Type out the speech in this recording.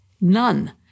None